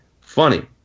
funny